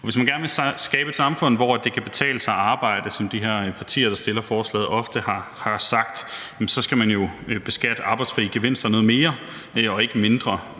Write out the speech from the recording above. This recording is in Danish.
Hvis man gerne vil skabe et samfund, hvor det kan betale sig at arbejde, som de her partier, der har fremsat forslaget, ofte har sagt, skal man jo beskatte arbejdsfri gevinster noget mere og ikke mindre.